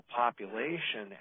population